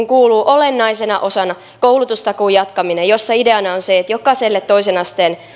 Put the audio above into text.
kuuluu olennaisena osana koulutustakuun jatkaminen jossa ideana on se että jokaiselle toisen asteen